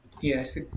Yes